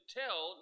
tell